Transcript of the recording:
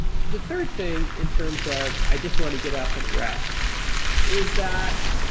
the third thing in terms of i just want to get up and rest is that